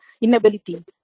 inability